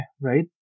right